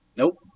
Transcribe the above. Nope